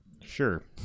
Sure